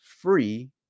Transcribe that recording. free